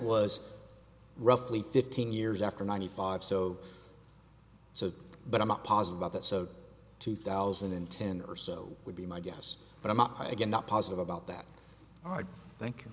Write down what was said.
was roughly fifteen years after ninety five so so but i'm not positive about that so two thousand and ten or so would be my guess but i'm i again not positive about that and i thank